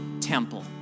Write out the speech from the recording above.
temple